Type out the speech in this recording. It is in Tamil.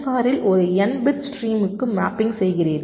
ஆரில் ஒரு n பிட் ஸ்ட்ரீமுக்கு மேப்பிங் செய்கிறீர்கள்